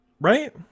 right